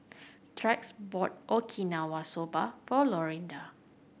Tex bought Okinawa Soba for Lorinda